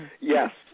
Yes